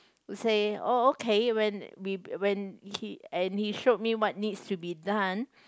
say oh okay when we when he and he showed what needs to be done